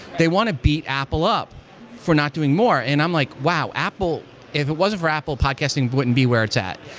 they want to beat apple up for not doing more. and i'm like, wow! if it wasn't for apple, podcasting wouldn't be where it's at.